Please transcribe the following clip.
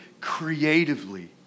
Creatively